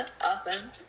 Awesome